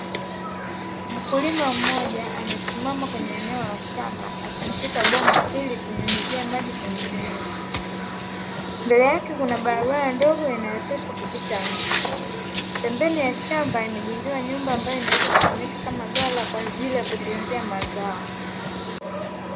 Mkulima mmoja amesimama kwenye eneo la shamba, akishika bomba ili kunyunyuzia maji kwenye mimea. Mbele yake kuna barabara ndogo inayotosha kupita mtu. Pembeni ya shamba imejengewa nyumba ambayo inaweza kutumika kama ghala kwa ajili ya kutunzia mazao.